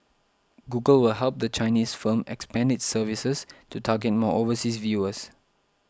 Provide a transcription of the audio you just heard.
Google will help the Chinese firm expand its services to target more overseas viewers